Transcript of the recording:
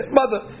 mother